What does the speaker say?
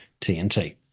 TNT